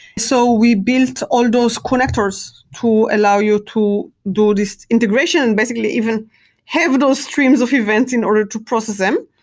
so we built all those connectors to allow you to do this integration. and basically even have those streams of events in order to process them.